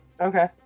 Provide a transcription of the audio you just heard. Okay